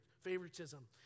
favoritism